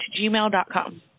gmail.com